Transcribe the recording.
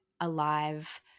alive